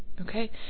Okay